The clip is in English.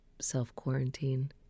self-quarantine